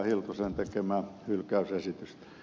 hiltusen tekemää hylkäysesitystä